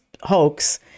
hoax